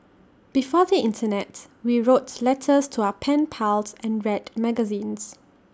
before the Internet we wrote letters to our pen pals and read magazines